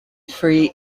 free